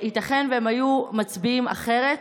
ייתכן שהם היו מצביעים אחרת.